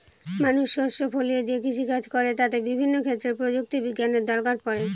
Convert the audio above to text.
মানুষ শস্য ফলিয়ে যে কৃষিকাজ করে তাতে বিভিন্ন ক্ষেত্রে প্রযুক্তি বিজ্ঞানের দরকার পড়ে